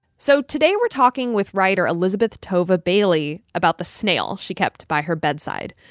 so today we're talking with writer elisabeth tova bailey about the snail she kept by her bedside.